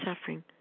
suffering